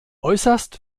äußerst